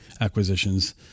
acquisitions